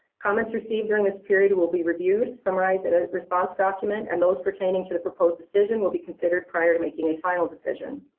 comments received during this period will be reviewed, summarized in a response document and those pertaining to the proposed decision will be considered prior to making a final decision.